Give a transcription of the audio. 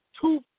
two